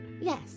Yes